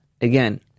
again